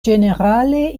ĝenerale